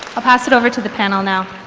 i'll pass it over to the panel now.